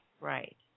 Right